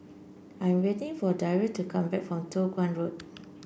I waiting for Dario to come back from Toh Guan Road